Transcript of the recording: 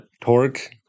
torque